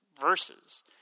verses